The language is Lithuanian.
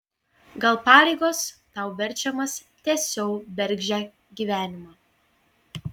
gal pareigos tau verčiamas tęsiau bergždžią gyvenimą